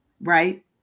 right